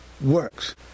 works